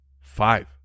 Five